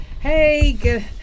Hey